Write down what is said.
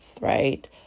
right